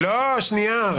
לא, שנייה.